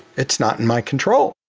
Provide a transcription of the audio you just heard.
it's not in my control,